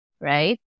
right